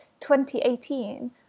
2018